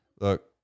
Look